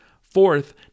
Fourth